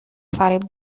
فریب